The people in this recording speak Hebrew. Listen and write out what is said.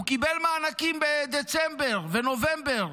הוא קיבל מענקים בדצמבר ובנובמבר,